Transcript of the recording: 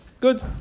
good